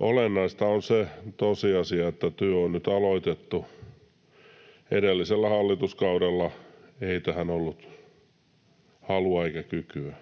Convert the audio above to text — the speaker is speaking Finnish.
Olennaista on se tosiasia, että työ on nyt aloitettu. Edellisellä hallituskaudella ei tähän ollut halua eikä kykyä.